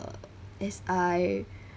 as I